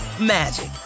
magic